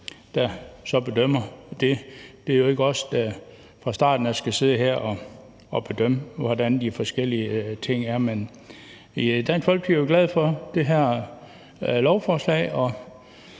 der er covid-19-relateret. Det er jo ikke os, der fra starten af skal sidde her og bedømme, hvordan de forskellige ting er. I Dansk Folkeparti er vi glade for det her lovforslag, og